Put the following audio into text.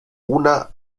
una